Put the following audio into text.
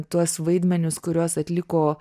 tuos vaidmenis kuriuos atliko